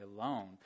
alone